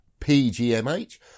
pgmh